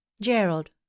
gerald